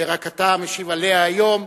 רק אתה משיב עליה היום,